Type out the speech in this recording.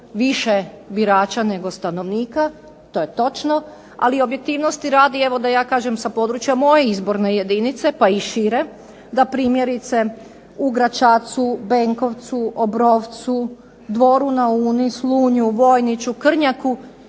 više birača nego stanovnika, to je točno, ali objektivnosti radi evo da ja kažem sa područja moje izborne jedinice pa i šire, da primjerice u Gračacu, Benkovcu, Obrovcu, Dvoru na Uni, Slunju, Vojniću, Krnjaku